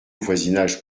voisinage